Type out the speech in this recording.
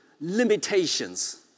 limitations